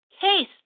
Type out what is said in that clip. case